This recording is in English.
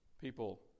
people